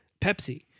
Pepsi